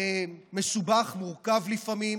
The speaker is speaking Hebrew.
מסובך ומורכב לפעמים,